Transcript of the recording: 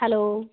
hello